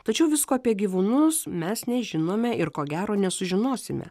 tačiau visko apie gyvūnus mes nežinome ir ko gero nesužinosime